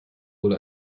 wohl